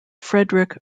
frederick